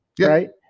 right